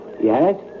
Yes